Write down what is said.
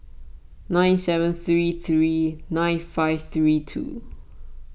nine seven three three nine five three two